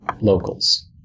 locals